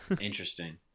interesting